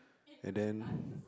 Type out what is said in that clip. and then